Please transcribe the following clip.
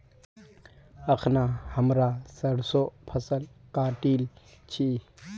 अखना हमरा सरसोंर फसल काटील छि